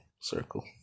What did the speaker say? circle